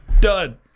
Done